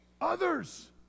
Others